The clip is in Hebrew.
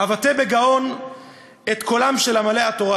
אבטא בגאון את קולם של עמלי התורה,